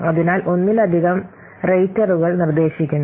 അതിനാൽ ഒന്നിലധികം റേറ്ററുകൾ നിർദ്ദേശിക്കുന്നു